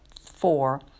four